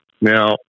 now